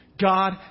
God